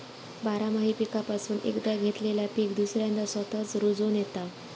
बारमाही पीकापासून एकदा घेतलेला पीक दुसऱ्यांदा स्वतःच रूजोन येता